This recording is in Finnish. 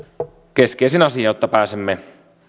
keskeisin asia jotta pääsemme